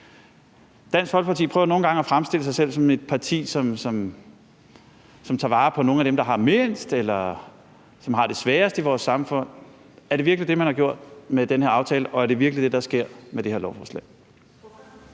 Dansk Folkeparti prøver nogle gange at fremstille sig selv som et parti, som tager vare på nogle af dem, der har mindst, eller som har det sværest i vores samfund. Er det virkelig det, man har gjort med den her aftale, og er det virkelig det, der sker, med det her lovforslag?